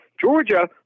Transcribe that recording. Georgia